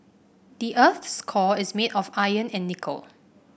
the earth's core is made of iron and nickel